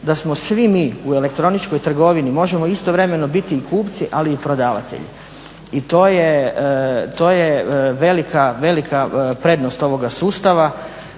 da svi mi u elektroničkoj trgovini možemo istovremeno biti i kupci, ali i prodavatelji i to je velika prednost ovoga sustava